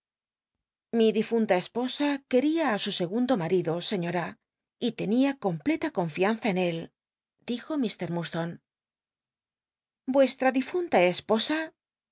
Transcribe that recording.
mi difunta esposa quería á su segundo marido scíiota y tenia completa cona en él dijo m mulo vuestra difunta esposa